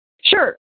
Sure